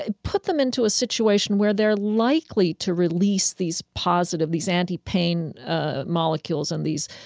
ah put them into a situation where they're likely to release these positive, these anti-pain ah molecules and these,